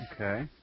Okay